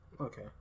Okay